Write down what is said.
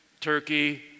Turkey